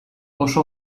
oso